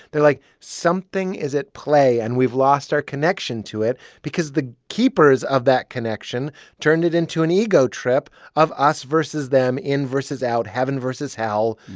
they're like, something is at play, and we've lost our connection to it because the keepers of that connection turned it into an ego trip of us versus them, in versus out, heaven versus hell,